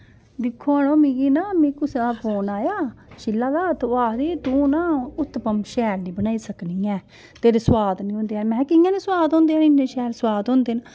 दिक्खो मड़ो मिगी न मिगी कुसै दा फोन आया शीला दा ते ओह् आखदी तूं न उत्पम शैल निं बनाई सकनी ऐं तेरे सुआद निं होंदे हैन महैं कि'यां निं सुआद होंदे हैन इन्ने शैल सुआद होंदे न